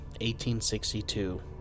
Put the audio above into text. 1862